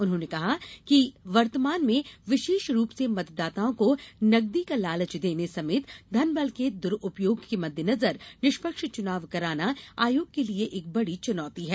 उन्होंने यह भी कहा कि वर्तमान में विशेष रूप से मतदाताओं को नकदी का लालच देने समेत धन बल के द्रूपयोग के मद्देनजर निष्पक्ष चुनाव कराना आयोग के लिए एक बड़ी चुनौती है